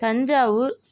Thanjavur